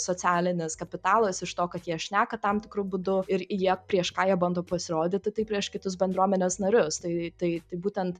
socialinis kapitalas iš to kad jie šneka tam tikru būdu ir jie prieš ką jie bando pasirodyti tai prieš kitus bendruomenės narius tai tai tai būtent